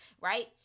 right